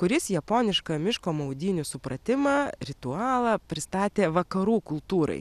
kuris japonišką miško maudynių supratimą ritualą pristatė vakarų kultūrai